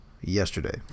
yesterday